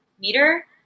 meter